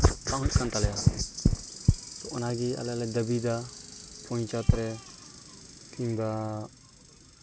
ᱵᱟᱝ ᱦᱩᱭᱩᱜ ᱠᱟᱱ ᱛᱟᱞᱮᱭᱟ ᱚᱱᱟᱜᱮ ᱟᱞᱮ ᱞᱮ ᱫᱟᱵᱤᱭᱮᱫᱟ ᱯᱚᱧᱪᱟᱭᱮᱛ ᱨᱮ ᱠᱤᱢᱵᱟ